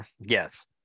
Yes